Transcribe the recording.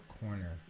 corner